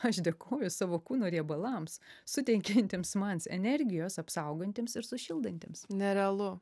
aš dėkoju savo kūno riebalams suteikiantiems mans energijos apsaugantiems ir sušildantiems nerealu